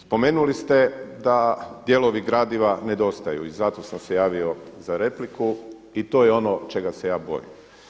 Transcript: Spomenuli ste da dijelovi gradiva nedostaju i zato sam se javio za repliku i to je ono čega se ja bojim.